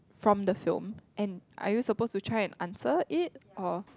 from the film and I used to suppose try to answer it or